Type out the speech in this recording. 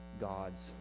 God's